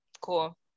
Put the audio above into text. Cool